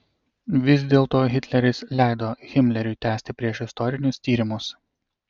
vis dėlto hitleris leido himleriui tęsti priešistorinius tyrimus